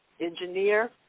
engineer